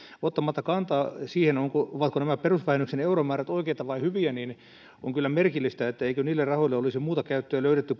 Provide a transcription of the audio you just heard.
ottamatta kantaa siihen ovatko ovatko nämä perusvähennyksen euromäärät oikeita tai hyviä on kyllä merkillistä eikö niille rahoille olisi muuta käyttöä löydetty